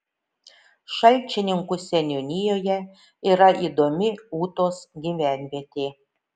šalčininkų seniūnijoje yra įdomi ūtos gyvenvietė